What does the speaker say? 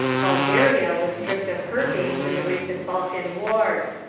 bulgaria was stripped of her gains in the recent balkan wars.